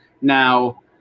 Now